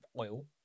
oil